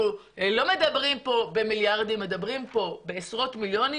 אנחנו לא מדברים כאן במיליארדי שקלים אלא בעשרות מיליוני